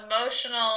emotional